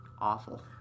awful